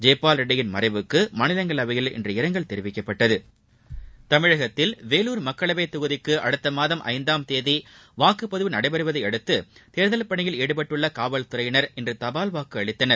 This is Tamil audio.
ஜெய்பால் ரெட்டியின் மறைவுக்கு மாநிலங்களவையில் இன்று இரங்கல் தெரிவிக்கப்பட்டது வேலூர் மக்களவை தொகுதிக்கு அடுத்த மாதம் ஐந்தாம் தேதி வாக்குப்பதிவு நடைபெறுவதையடுத்து தேர்தல் பணியில் ஈடுபட்டுள்ள காவல்துறையினர் இன்று தபால் வாக்கு அளித்தனர்